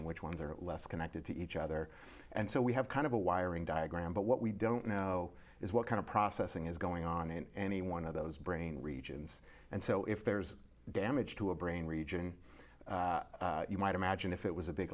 and which ones are less connected to each other and so we have kind of a wiring diagram but what we don't know is what kind of processing is going on in any one of those brain regions and so if there's damage to a brain region you might imagine if it was a big